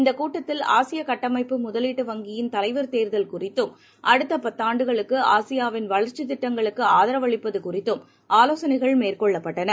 இந்தக் கூட்டத்தில் ஆசியகட்டமைப்பு முதலீட்டு வங்கியின் தலைவர் தேர்தல் குறித்தும் அடுத்தபத்தாண்டுகளுக்குஆசியாவின் வளர்ச்சிதிட்டங்களுக்குஆதரவளிப்பதுகுறித்தும் ஆலோசனைகள் மேற்கொள்ளப்பட்டன